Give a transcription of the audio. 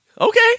Okay